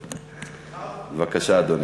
חששתי, בבקשה, אדוני.